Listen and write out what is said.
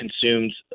consumes